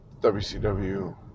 WCW